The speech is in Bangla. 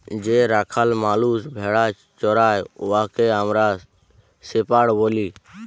যে রাখাল মালুস ভেড়া চরাই উয়াকে আমরা শেপাড় ব্যলি